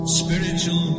spiritual